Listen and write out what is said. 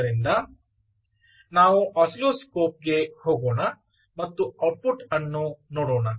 ಆದ್ದರಿಂದ ನಾವು ಆಸಿಲ್ಲೋಸ್ಕೋಪ್ಗೆ ಹೋಗೋಣ ಮತ್ತು ಔಟ್ಪುಟ್ ಅನ್ನು ನೋಡೋಣ